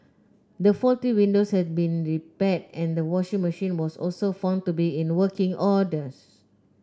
the faulty windows had been repaired and the washing machine was also found to be in working orders